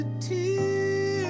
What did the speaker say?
tears